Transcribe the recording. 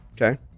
Okay